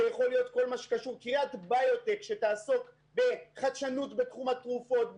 קריית ביוטק שתעסוק בחדשנות בתחום התרופות,